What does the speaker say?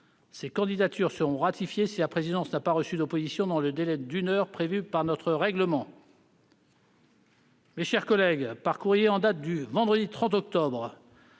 Ces candidatures seront ratifiées si la présidence n'a pas reçu d'opposition dans le délai d'une heure prévu par notre règlement. Mes chers collègues, par courrier en date du vendredi 30 octobre,